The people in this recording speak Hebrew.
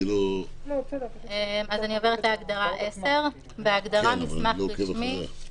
אז אני עוברת לסעיף (10): בהגדרה "מסמך רשמי",